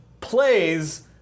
plays